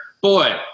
Boy